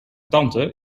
tante